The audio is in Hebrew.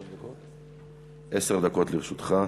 עשר דקות לרשותך.